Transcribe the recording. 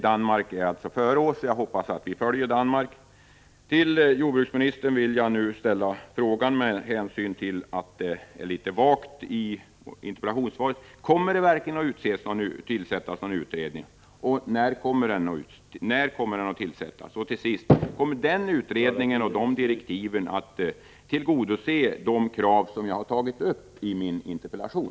Danmark ligger alltså före Sverige. Jag hoppas att vi följer Danmark. Jag vill nu fråga jordbruksministern, med anledning av att formuleringen är litet vag i interpellationssvaret: Kommer det verkligen att tillsättas en utredning, och när kommer den i så fall att tillsättas? Kommer utredningen och direktiven att tillgodose de krav som jag tagit upp i min interpellation?